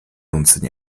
用此